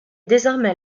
désormais